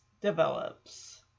develops